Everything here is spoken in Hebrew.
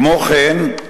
כמו כן,